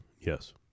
Yes